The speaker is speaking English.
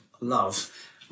love